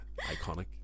Iconic